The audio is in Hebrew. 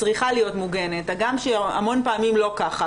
צריכה להיות מוגנת הגם שהמון פעמים זה לא כך,